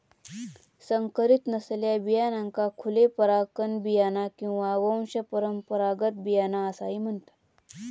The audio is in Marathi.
संकरीत नसलेल्या बियाण्यांका खुले परागकण बियाणा किंवा वंशपरंपरागत बियाणा असाही म्हणतत